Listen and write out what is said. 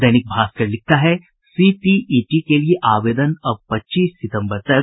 दैनिक भास्कर लिखता है सीटीईटी के लिये आवेदन अब पच्चीस सितंबर तक